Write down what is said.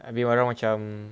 ah dia orang macam